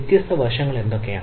വ്യത്യസ്ത വശങ്ങൾ എന്തൊക്കെയാണ്